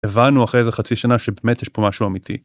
הבנו אחרי איזה חצי שנה שבאמת יש פה משהו אמיתי.